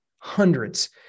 hundreds